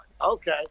Okay